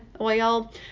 oil